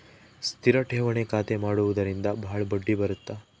ಸ್ಥಿರ ಠೇವಣಿ ಖಾತೆ ಮಾಡುವುದರಿಂದ ಬಾಳ ಬಡ್ಡಿ ಬರುತ್ತ